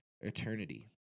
eternity